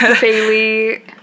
Bailey